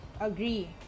Agree